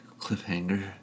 cliffhanger